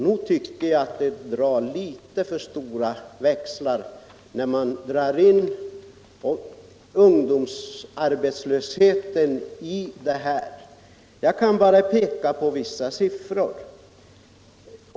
Nog tycker jag det är att dra litet för stora växlar när man tar in ungdoms arbetslösheten i detta. Jag kan bara peka på vissa siffror.